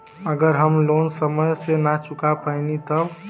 अगर हम लोन समय से ना चुका पैनी तब?